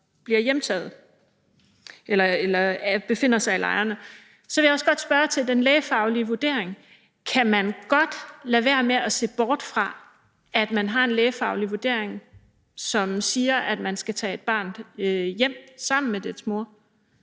de her børn befinder sig i lejrene. Så vil jeg også godt spørge til den lægefaglige vurdering: Kan man godt se bort fra, at der er en lægefaglig vurdering, som siger, at man skal tage et barn hjem sammen med dets mor,